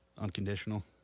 Unconditional